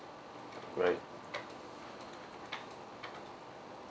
right